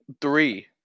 three